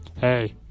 hey